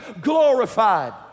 glorified